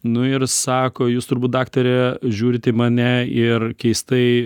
nu ir sako jūs turbūt daktare žiūrit į mane ir keistai